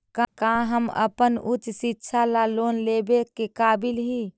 का हम अपन उच्च शिक्षा ला लोन लेवे के काबिल ही?